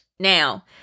Now